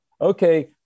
okay